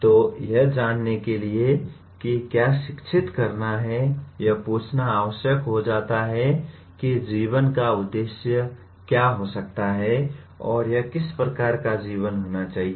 तो यह जानने के लिए कि क्या शिक्षित करना है यह पूछना आवश्यक हो जाता है कि जीवन का उद्देश्य क्या हो सकता है और यह किस प्रकार का जीवन होना चाहिए